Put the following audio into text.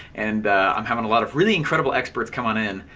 and i'm having a lot of really incredible experts come on in,